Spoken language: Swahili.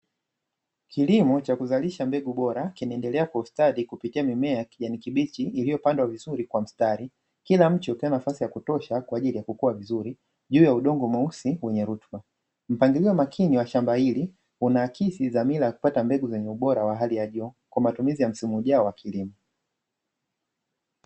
Kilimo cha kuzalisha mbegu bora, kinaendelea kwa ustadi kupitia mimea ya kijani kibichi iliyopandwa vizuri kwa mstari, kila mche ukiwa na nafasi ya kutosha kwa ajili ya kukua vizuri juu ya udongo mweusi wenye rutuba. Mpangilio makini wa shamba hili unaakisi dhamira ya kupata mbegu zenye ubora wa hali ya juu kwa matumizi ya msimu ujao wa kilimo.